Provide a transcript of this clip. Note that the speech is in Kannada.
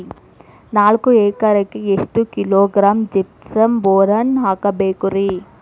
ನಾಲ್ಕು ಎಕರೆಕ್ಕ ಎಷ್ಟು ಕಿಲೋಗ್ರಾಂ ಜಿಪ್ಸಮ್ ಬೋರಾನ್ ಹಾಕಬೇಕು ರಿ?